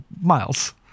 miles